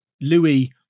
Louis